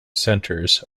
centers